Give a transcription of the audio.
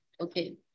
okay